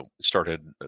started